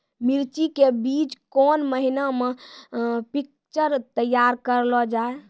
मिर्ची के बीज कौन महीना मे पिक्चर तैयार करऽ लो जा?